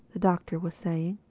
the doctor was saying,